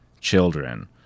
children